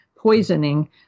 poisoning